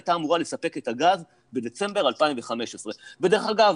הייתה אמורה לספק את הגז בדצמבר 2015. דרך אגב,